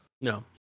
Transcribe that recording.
No